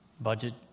Budget